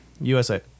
USA